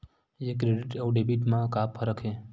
ये क्रेडिट आऊ डेबिट मा का फरक है?